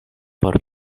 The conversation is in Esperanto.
por